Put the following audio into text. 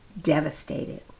devastated